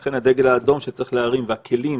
ולכן הדגל האדום שצריך להרים והכלים